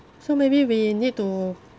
so maybe we need to